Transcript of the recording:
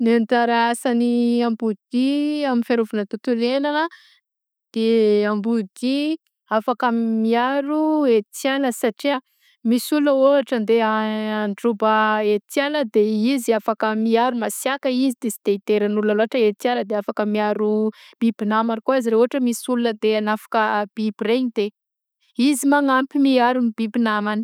Ny anjara asan'ny amboadia amy fiarovana ny tontolo iaignana de amboadia afaka miaro etiala satria misy olona ôhatra andeha an-droba etiala de izy afaka miaro masiàka izy de sy de ediran olona etiala de afaka miaro biby namany koa izy raha ôhatra hoe misy olona andeha anafika biby regny de izy magnampy miaro ny biby namany.